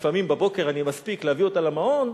לפעמים בבוקר אני מספיק להביא אותה למעון,